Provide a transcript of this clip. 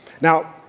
Now